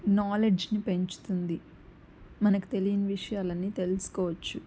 నాలెడ్జ్ని పెంచుతుంది మనకు తెలియని విషయాలన్నీ తెలుసుకోవచ్చు